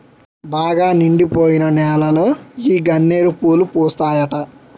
బాగా నిండిపోయిన నేలలో ఈ గన్నేరు పూలు పూస్తాయట